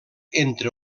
entre